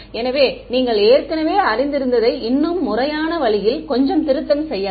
எனவே நீங்கள் ஏற்கனவே அறிந்திருந்ததை இன்னும் முறையான வழியில் கொஞ்சம் திருத்தம் செய்யலாம்